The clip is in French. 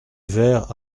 verre